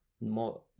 more